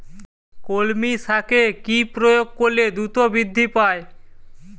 কলমি শাকে কি প্রয়োগ করলে দ্রুত বৃদ্ধি পায়?